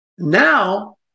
Now